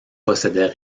possédait